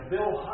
Bill